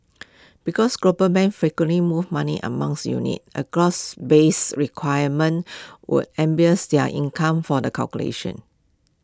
because global banks frequently move money among units A gross base requirement would am bears their income for the calculation